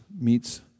meets